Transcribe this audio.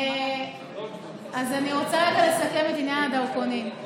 אני רוצה לסכם את עניין הדרכונים: